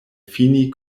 fini